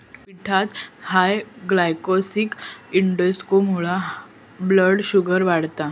पिठात high glycaemic इंडेक्समुळा blood sugar वाढता